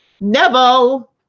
Neville